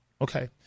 Okay